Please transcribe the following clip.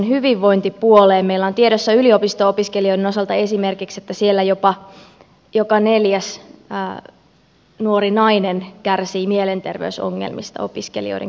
meillä on tiedossa yliopisto opiskelijoiden osalta esimerkiksi että siellä jopa joka neljäs nuori nainen kärsii mielenterveysongelmista opiskelijoiden keskuudessa